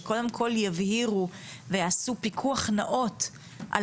שקודם כל יבהירו ויעשו פיקוח נאות על